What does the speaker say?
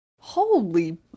Holy